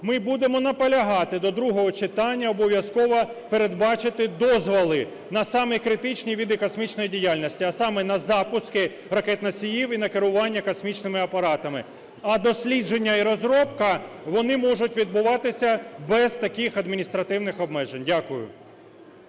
ми будемо наполягати до другого читання обов'язково передбачити дозволи на самі критичні види космічної діяльності, а саме: на запуски ракет-носіїв і на керування космічними апаратами. А дослідження і розробка, вони можуть відбуватися без таких адміністративних обмежень. Дякую.